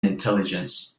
intelligence